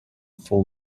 full